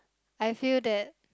I feel that